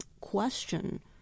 question